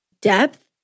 depth